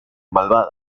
malvada